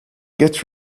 get